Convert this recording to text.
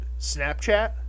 snapchat